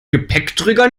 gepäckträger